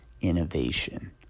innovation